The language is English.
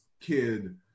kid